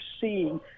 seeing